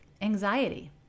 anxiety